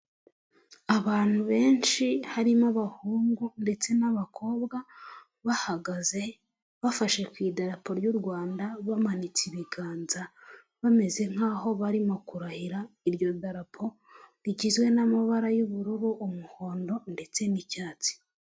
Abantu benshi harimo abahungu ndetse n'abakobwa, bahagaze bafashe ku idarapo ry'u Rwanda bamanitse ibiganza bameze nk'aho barimo kurahira, iryo darapo rigizwe n'amabara y'ubururu, umuhondo ndetse n'icyatsi.